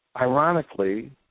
ironically